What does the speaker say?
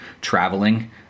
traveling